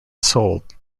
sold